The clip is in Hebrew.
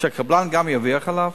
שהקבלן גם ירוויח עליו,